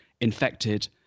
infected